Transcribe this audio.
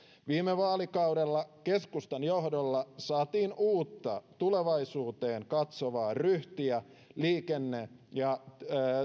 viime vaalikaudella keskustan johdolla saatiin uutta tulevaisuuteen katsovaa ryhtiä liikenne ja